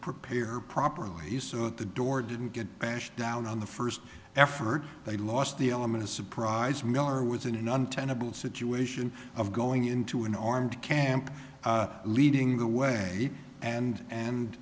prepare properly so that the door didn't get bashed down on the first effort they lost the element of surprise miller was in an untenable situation of going into an armed camp leading the way and and